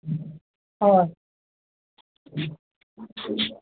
হয়